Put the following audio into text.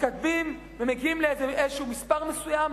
מתקדמים ומגיעים לאיזה מספר מסוים,